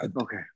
okay